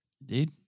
Indeed